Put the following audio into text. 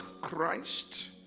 Christ